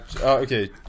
Okay